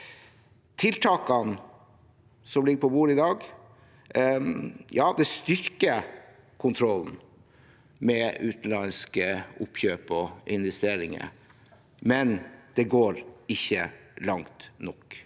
Tiltakene som ligger på bordet i dag, styrker kontrollen med utenlandske oppkjøp og investeringer, men de går ikke langt nok.